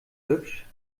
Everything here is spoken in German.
hübsch